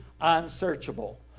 unsearchable